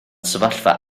sefyllfa